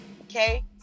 okay